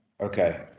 Okay